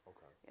Okay